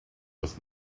does